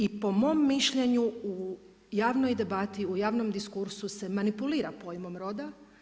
I po mom mišljenju u javnoj debati, u javnom diskursu se manipulira pojmom roda.